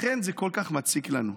לכן זה כל כך מציק לנו,